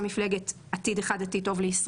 את מפלגת "עתיד אחד עתיד טוב לישראל",